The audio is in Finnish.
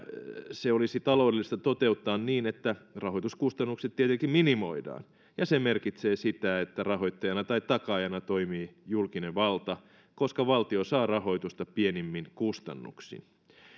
se olisi taloudellista toteuttaa niin että rahoituskustannukset tietenkin minimoidaan ja se merkitsee sitä että rahoittajana tai takaajana toimii julkinen valta koska valtio saa rahoitusta pienimmin kustannuksin